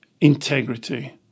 integrity